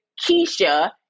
Keisha